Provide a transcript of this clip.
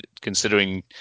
considering